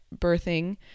birthing